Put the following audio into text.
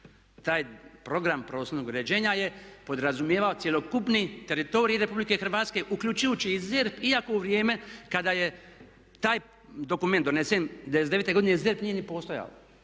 Taj program prostornog uređenja je podrazumijevao cjelokupni teritorij RH uključujući i ZER iako u vrijeme kada je taj dokument donesen '99. godine ZERP nije ni postojao